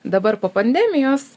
dabar po pandemijos